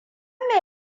me